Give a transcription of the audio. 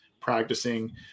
practicing